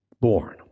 born